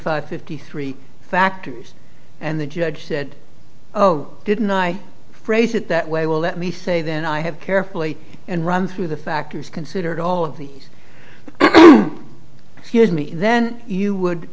five fifty three factors and the judge said oh didn't i phrase it that way well let me say then i have carefully and run through the factors considered all of these excuse me then you would